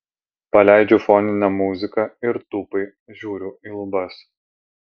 paleidžiu foninę muziką ir tūpai žiūriu į lubas